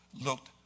looked